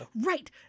Right